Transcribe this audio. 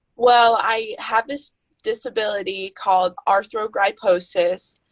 well, i have this disability called arthrogryposis,